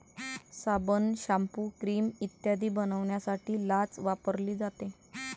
साबण, shampoo, cream इत्यादी बनवण्यासाठी लाच वापरली जाते